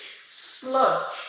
sludge